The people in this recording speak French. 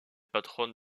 patron